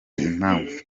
impamvu